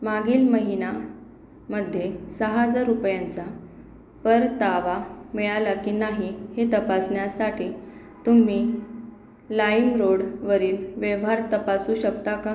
मागील महिनामध्ये सहा हजार रुपयांचा परतावा मिळाला की नाही हे तपासण्यासाठी तुम्ही लाईमरोडवरील व्यवहार तपासू शकता का